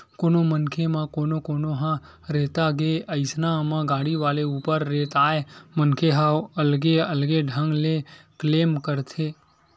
कोनो मनखे म कोनो कोनो ह रेता गे अइसन म गाड़ी वाले ऊपर रेताय मनखे ह अलगे अलगे ढंग ले क्लेम करथे